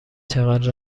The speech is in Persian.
چقدر